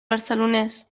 barcelonès